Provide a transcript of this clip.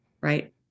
right